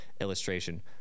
illustration